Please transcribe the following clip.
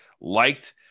liked